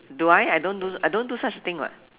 do I I don't do I don't do such thing what